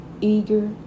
eager